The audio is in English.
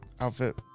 outfit